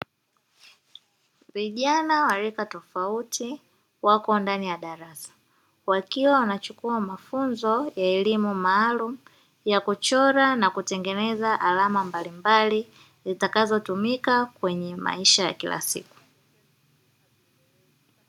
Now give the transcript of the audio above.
Vijana wa rika tofauti wako ndani ya darasa wakiwa wanachukua mafunzo ya elimu maalumu, ya kuchora na kutengeneza alama mbalimbali. Zitakazotumika kwenye maisha ya kila siku.